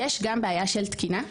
יש גם בעיה של תקינה.